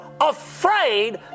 afraid